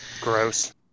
Gross